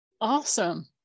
Awesome